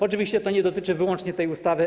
Oczywiście to nie dotyczy wyłącznie tej ustawy.